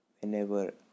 whenever